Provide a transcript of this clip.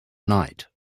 night